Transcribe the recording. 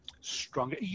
stronger